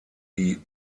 die